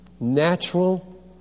Natural